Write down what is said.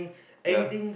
ya